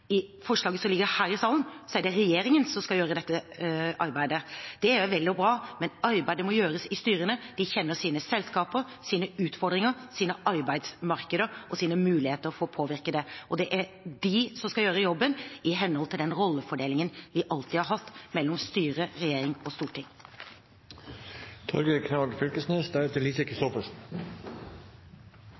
forslaget som ligger her i salen, er det regjeringen som skal gjøre dette arbeidet. Det er vel og bra, men arbeidet må gjøres i styrene – de kjenner sine selskaper, sine utfordringer, sine arbeidsmarkeder og sine muligheter for å påvirke dem. Det er de som skal gjøre jobben i henhold til den rollefordelingen vi alltid har hatt mellom styre, regjering og storting.